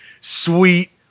sweet